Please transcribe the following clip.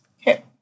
Okay